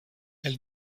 elle